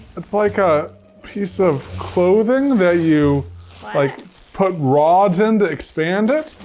like ah piece of clothing that you like put rods in to expand it.